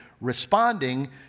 responding